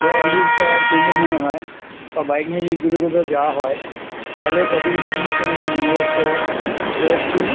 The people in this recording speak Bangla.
ঘোরাঘুরি করার প্রয়োজন মনে হয় বা বাইক নিয়ে যে দূরগত যাওয়া হয় তাহলে কতগুলো জিনিস আমাদের মনে রাখতে হয় সেটা হচ্ছে